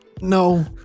No